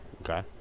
Okay